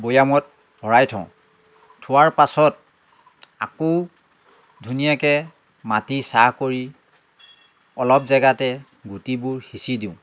বৈয়ামত ভৰাই থওঁ থোৱাৰ পাছত আকৌ ধুনীয়াকৈ মাটি চাহ কৰি অলপ জেগাতে গুটিবোৰ সিঁচি দিওঁ